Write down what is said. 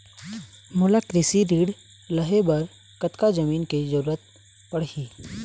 मोला कृषि ऋण लहे बर कतका जमीन के जरूरत पड़ही?